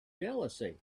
jealousy